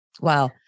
wow